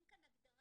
אין כאן הגדרה,